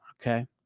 okay